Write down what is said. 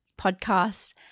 podcast